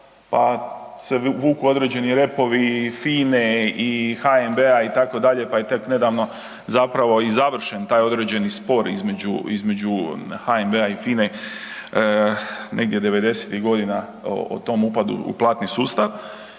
pa se vuklo određeni repovi, FINA-e i HNB-a, itd., pa je tek nedavno zapravo i završen taj određeni spor između HNB-a i FINA-e, negdje 90-ih godina o tom upadu u platni sustav.